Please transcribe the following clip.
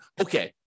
okay